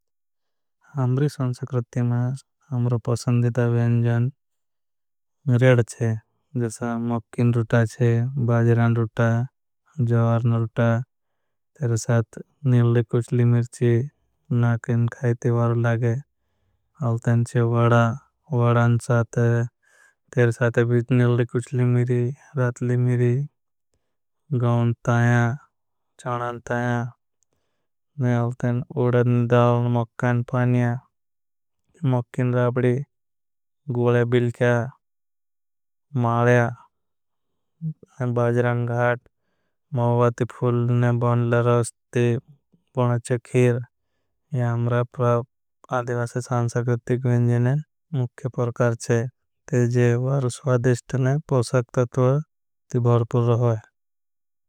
हमरी संसक्रत्ति में अम्रो पसंदिता वेंजन रेड छे मक्कीन। रूटा है, बाजरान रूटा, जवारन रूटा, तेरे साथ निल्ली। कुछली मिर्ची नाकेन खायती वारू लागे तेंचे वड़ा वड़ान। साथ तेरे साथ निल्ली कुछली मिरी रातली मिरी गौन ताया। चाणान ताया, उड़नी दाल, मक्कान पानिया राबडी, गूले। बिलक्या, मालया, बाजरान घाट, मौवाती फूल, बॉनला। रौस्ति बॉनला चक्हीर हम्रा प्राब अधिवास सांसक्रितिक विजनें। मुख्य परकार छे ते जेवार स्वाधिष्टनें पोशाक तत्व तिभारपूर रह।